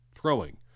throwing